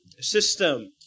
system